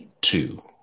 two